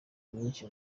myinshi